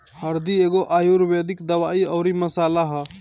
हरदी एगो आयुर्वेदिक दवाई अउरी मसाला हअ